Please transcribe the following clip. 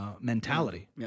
mentality